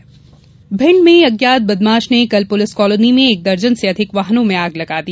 वाहन आग भिण्ड में अज्ञात बदमाश ने कल पुलिस कॉलोनी में एक दर्जन से अधिक वाहनों में आग लगा दी